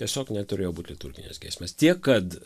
tiesiog neturėjo būt liturginės giesmės tiek kad